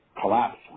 collapse